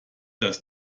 dass